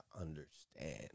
understand